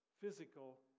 physical